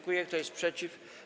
Kto jest przeciw?